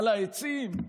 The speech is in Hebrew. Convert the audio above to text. על העצים?